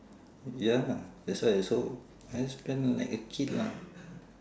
ya lah that's why so I just spend like a kid lah